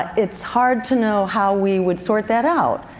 it's hard to know how we would sort that out,